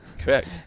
Correct